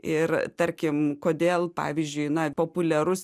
ir tarkim kodėl pavyzdžiui na populiarus